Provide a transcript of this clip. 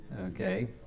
Okay